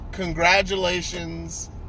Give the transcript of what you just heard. congratulations